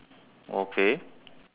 okay